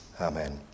Amen